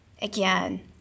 Again